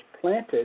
planted